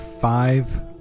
five